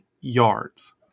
yards